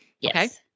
Yes